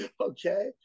Okay